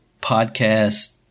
podcast